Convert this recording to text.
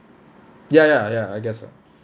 ya ya ya I guess so